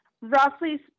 roughly